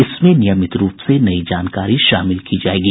इसमे नियमित रूप से नई जानकारी शामिल की जाएगी